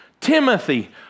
Timothy